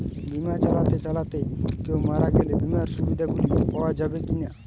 বিমা চালাতে চালাতে কেও মারা গেলে বিমার সুবিধা গুলি পাওয়া যাবে কি না?